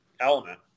Element